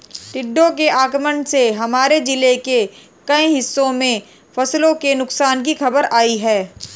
टिड्डों के आक्रमण से हमारे जिले के कई हिस्सों में फसलों के नुकसान की खबर आई है